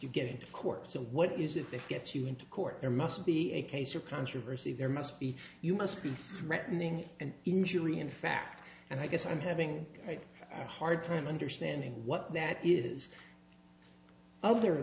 get court so what is it that gets you into court there must be a case or controversy there must be you must be threatening and injury in fact and i guess i'm having a hard time understanding what that is other